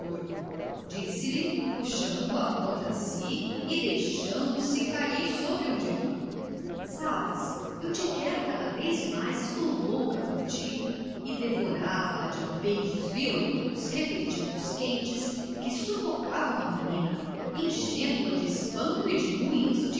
flor disse-lhe puxando a contra si e deixando-se cair sobre um divã sabes eu te quero cada vez mais estou louca por ti e devorava a de beijos violentos repetidos quentes que sufocavam a menina enchendo-a de espanto e de um